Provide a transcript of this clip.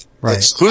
Right